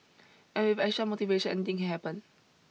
and with extra motivation anything can happen